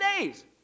days